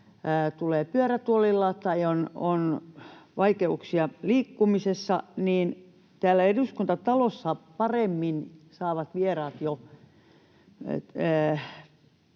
tulee pyörätuolilla tai hänellä on vaikeuksia liikkumisessa, niin täällä Eduskuntatalossa vieraat saavat jo